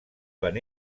van